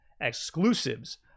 exclusives